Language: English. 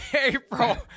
April